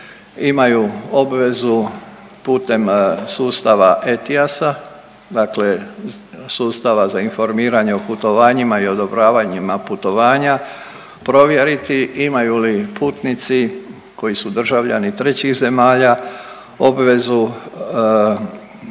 imaju obvezu putem sustava EIAS-a, dakle sustava za informiranje o putovanjima i odobravanjima putovanja provjeriti imaju li putnici koji su državljani trećih zemalja obvezu